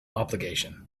obligation